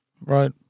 Right